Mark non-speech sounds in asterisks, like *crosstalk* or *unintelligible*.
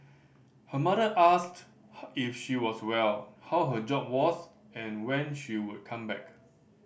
her mother asked *unintelligible* if she was well how her job was and when she would come back